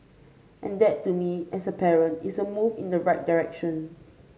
and that to me as a parent is a move in the right direction